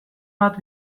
bat